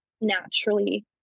naturally